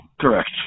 Correct